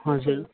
हजुर